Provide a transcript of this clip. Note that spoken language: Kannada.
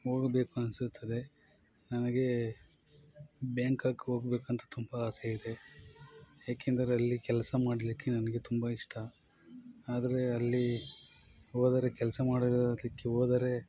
ಹೋಗಬೇಕು ಅನಿಸುತ್ತದೆ ನನಗೆ ಬ್ಯಾಂಕಾಕ್ಗೆ ಹೋಗ್ಬೇಕಂತೆ ತುಂಬ ಆಸೆ ಇದೆ ಏಕೆಂದರೆ ಅಲ್ಲಿ ಕೆಲಸ ಮಾಡಲಿಕ್ಕೆ ನನಗೆ ತುಂಬ ಇಷ್ಟ ಆದರೆ ಅಲ್ಲಿ ಹೋದರೆ ಕೆಲಸ ಮಾಡುವುದಕ್ಕೆಹೋದರೆ